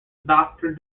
doctor